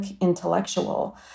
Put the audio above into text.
intellectual